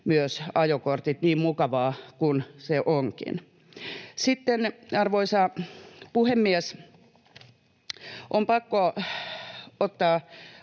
myös ajokortit, niin mukavaa kuin se onkin. Sitten, arvoisa puhemies, on pakko ottaa